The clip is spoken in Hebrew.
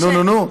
נו, נו, נו?